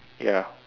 ya